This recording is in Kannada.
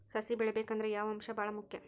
ಸಸಿ ಬೆಳಿಬೇಕಂದ್ರ ಯಾವ ಅಂಶ ಭಾಳ ಮುಖ್ಯ?